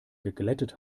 geglättet